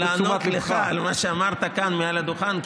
לענות לך על מה שאמרת כאן מעל הדוכן,